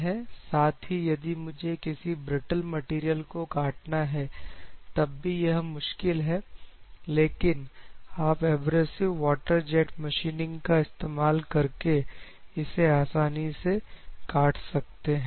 साथ ही यदि मुझे किसी ब्रिटल मैटेरियल को काटना है तब भी यह मुश्किल है लेकिन आप एब्रेजिव वाटर जेट मशीनिंग का इस्तेमाल करके इसे आसानी से काट सकते हैं